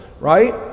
right